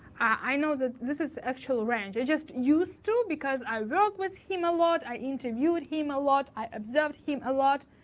i know that this is the actual range. he just used to because i worked with him a lot, i interviewed him a lot, i observed him a lot,